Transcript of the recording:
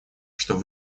что